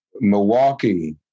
Milwaukee